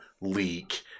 leak